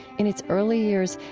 in its early years,